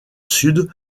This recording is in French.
sud